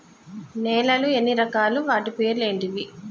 నేలలు ఎన్ని రకాలు? వాటి పేర్లు ఏంటివి?